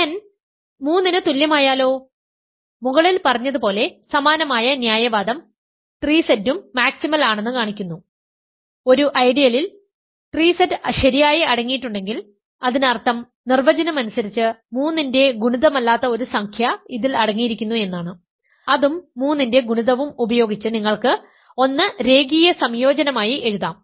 n 3 ന് തുല്യം ആയാലോ മുകളിൽ പറഞ്ഞതുപോലെ സമാനമായ ന്യായവാദം 3Z ഉം മാക്സിമൽ ആണെന്ന് കാണിക്കുന്നു ഒരു ഐഡിയലിൽ 3Z ശരിയായി അടങ്ങിയിട്ടുണ്ടെങ്കിൽ അതിനർത്ഥം നിർവചനം അനുസരിച്ച് 3 ന്റെ ഗുണിതമല്ലാത്ത ഒരു സംഖ്യ ഇതിൽ അടങ്ങിയിരിക്കുന്നു എന്നാണ് അതും 3 ന്റെ ഗുണിതവും ഉപയോഗിച്ച് നിങ്ങൾക്ക് 1 രേഖീയ സംയോജനമായി എഴുതാം